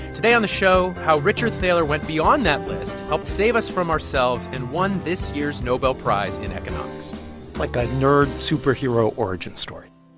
today on the show, how richard thaler went beyond that list, helped save us from ourselves and won this year's nobel prize in economics it's like a nerd superhero origin story